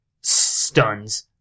stuns